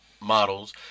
models